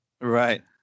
Right